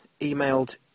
emailed